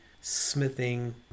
smithing